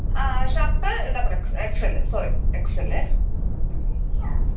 shirt double excel sorry excel